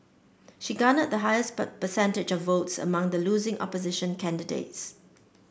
she garnered the highest percentage of votes among the losing opposition candidates